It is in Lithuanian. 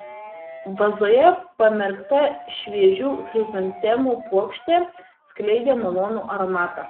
vazoje pamerkta šviežių chrizantemų puokštė skleidė malonų aromatą